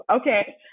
Okay